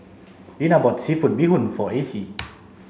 Linna bought seafood bee hoon for Acy